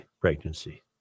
pregnancy